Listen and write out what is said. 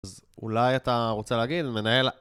אז אולי אתה רוצה להגיד, מנהל...